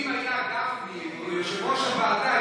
אם היית גפני ויושב-ראש הוועדה,